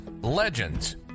legends